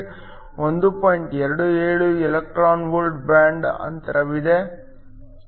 27 e v band ಅಂತರವನ್ನು ಹೊಂದಿದೆ ಮತ್ತು ಇಂಡಿಯಂ ಗ್ಯಾಲಿಯಮ್ ಆರ್ಸೆನೈಡ್ 0